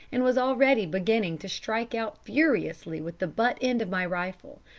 and was already beginning to strike out furiously with the butt end of my rifle,